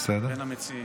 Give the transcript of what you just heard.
תודה,